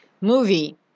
movie